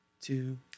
two